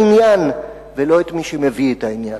ולקדם את העניין ולא את מי שמביא את העניין.